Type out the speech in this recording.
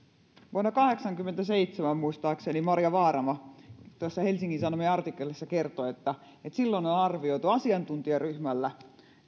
vuonna kahdeksankymmentäseitsemän muistaakseni marja vaarama tuossa helsingin sanomien artikkelissa kertoi että silloin oli arvioitu asiantuntijaryhmällä